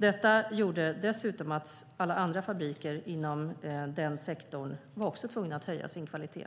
Detta gjorde dessutom att alla andra fabriker inom denna sektor också var tvungna att höja sin kvalitet.